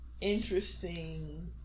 interesting